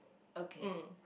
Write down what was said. okay